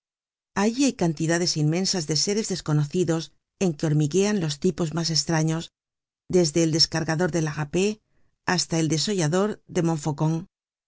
allí hay cantidades inmensas de seres desconocidos en que hormiguean los tipos mas estraños desde el descargador de la rapée hasta el desollador de montfaucon fex